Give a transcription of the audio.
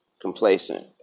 complacent